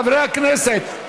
חברי הכנסת,